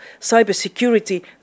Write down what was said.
cybersecurity